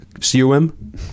C-O-M